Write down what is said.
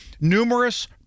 numerous